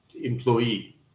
employee